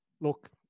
look